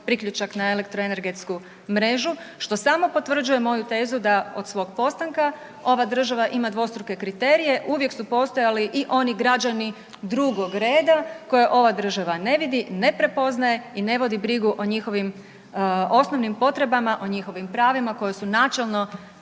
priključak na elektroenergetsku mrežu što samo potvrđuje moju tezu da od svog postanka ova država ima dvostruke kriterije. Uvijek su postojali i oni građani drugog reda koje ova država ne vidi, ne prepoznaje i ne vodi brigu o njihovim osnovnim potrebama, o njihovim pravima koja su načelno